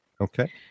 Okay